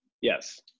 Yes